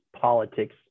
politics